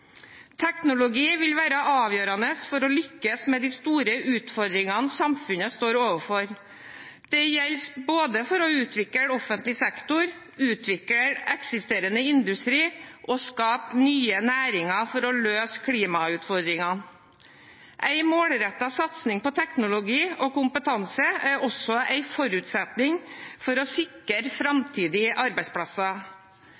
Teknologi vil være avgjørende for å lykkes med de store utfordringene samfunnet står overfor. Det gjelder for å både utvikle offentlig sektor, utvikle eksisterende industri og skape nye næringer for å løse klimautfordringene. En målrettet satsing på teknologi og kompetanse er også en forutsetning for å sikre